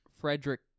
Frederick